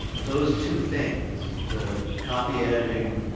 those two things, the copy editing